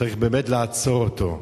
צריך באמת לעצור אותו.